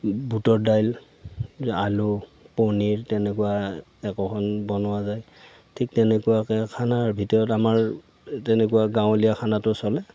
বুটৰ দাইল আলু পনীৰ তেনেকুৱা একোখন বনোৱা যায় ঠিক তেনেকুৱাকৈ খানাৰ ভিতৰত আমাৰ তেনেকুৱা গাঁৱলীয়া খানাটো চলে